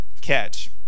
catch